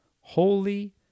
holy